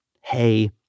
Hey